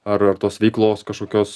ar tos veiklos kaškokios